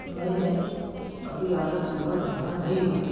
نہیں نہیں ابھی آرڈر ڈلیور ہمارا نہیں ہوا ہے